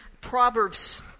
Proverbs